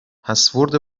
پسورد